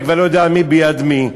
אני כבר לא יודע מי ביד מי,